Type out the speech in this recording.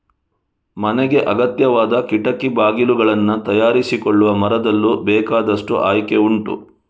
ಮನೆಗೆ ಅಗತ್ಯವಾದ ಕಿಟಕಿ ಬಾಗಿಲುಗಳನ್ನ ತಯಾರಿಸಿಕೊಳ್ಳುವ ಮರದಲ್ಲೂ ಬೇಕಾದಷ್ಟು ಆಯ್ಕೆ ಉಂಟು